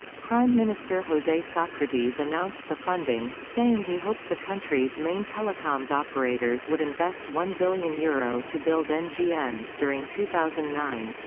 prime minister jose socrates announced the funding, saying he hoped the country's main telecoms operators would invest one billion euro to build and ah ngns during two thousand and nine.